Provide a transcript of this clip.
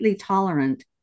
tolerant